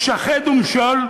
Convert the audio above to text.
שחד ומשול.